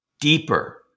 deeper